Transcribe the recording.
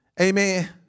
Amen